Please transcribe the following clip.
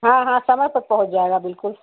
हाँ हाँ समय से पहुँच जाएगा बिलकुल